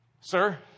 Sir